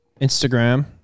Instagram